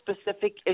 specific